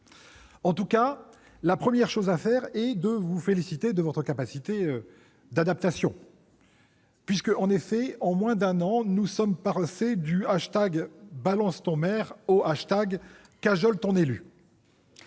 état de cause, la première chose à faire est de vous féliciter de votre capacité d'adaptation puisque, en moins d'un an, nous sommes passés du hashtag #BalanceTonMaire au hashtag #CajoleTonÉlu !